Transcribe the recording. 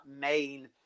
main